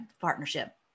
partnership